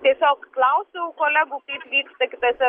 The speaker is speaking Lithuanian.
tiesiog klausiau kolegų kaip vyksta kituose